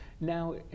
Now